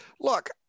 look